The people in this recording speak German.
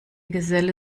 geselle